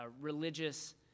religious